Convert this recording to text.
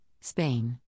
Spain